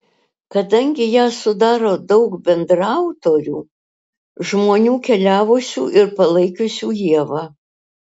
kadangi ją sudaro daug bendraautorių žmonių keliavusių ir palaikiusių ievą